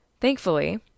Thankfully